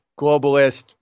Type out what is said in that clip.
globalist